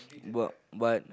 work but